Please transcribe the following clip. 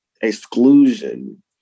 exclusion